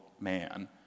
man